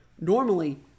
Normally